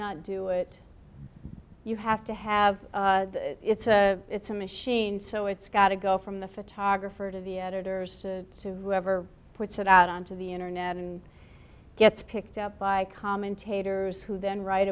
not do it you have to have it's a it's a machine so it's got to go from the photographer to the editors to ever puts it out onto the internet and gets picked up by commentators who then write